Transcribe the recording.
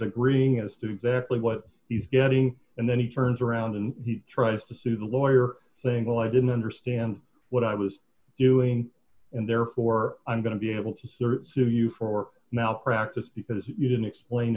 agreeing as to exactly what he's getting and then he turns around and he tries to sue the lawyer saying well i didn't understand what i was doing and therefore i'm going to be able to sue you for malpractise because you didn't explain